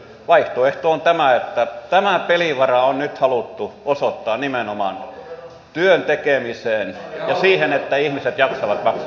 vaihtoehto on tämä että tämä pelivara on nyt haluttu osoittaa nimenomaan työn tekemiseen ja siihen että ihmiset jaksavat maksaa veroja